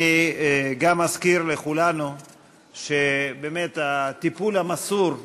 אני גם מזכיר לכולנו שהטיפול המסור בילדים,